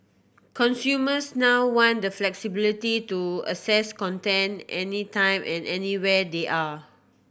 consumers now want the flexibility to access content any time and anywhere they are